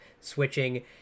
switching